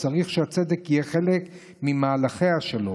צריך שהצדק יהיה חלק ממהלכי השלום,